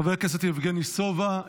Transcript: חבר הכנסת יבגני סובה,